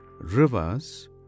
rivers